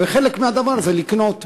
וחלק מהדבר זה לקנות,